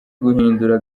guhindura